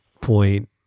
point